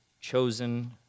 chosen